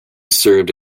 served